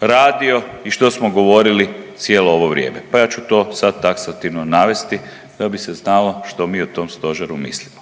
radio i što smo govorili cijelo ovo vrijeme? Pa ja ću to sad taksativno navesti da bi se znalo što mi o tom Stožeru mislimo.